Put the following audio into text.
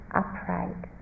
upright